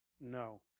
No